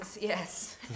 Yes